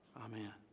Amen